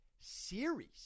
series